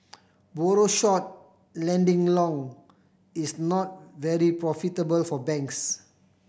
borrow short lending long is not very profitable for banks